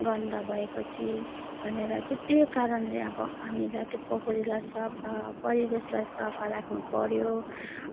गन्दा भएपछि भनेर चाहिँ त्यो कारणले अब हामीलाई त्यो पोखरीलाई सफा परिवेशलाई सफा राख्नुपर्यो